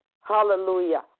hallelujah